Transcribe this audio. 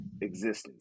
existence